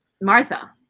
Martha